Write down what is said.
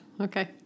Okay